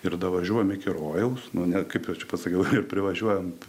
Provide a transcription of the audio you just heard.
ir važiuojam iki rojaus nu ne kaip jau čia pasakiau ir privažiuojam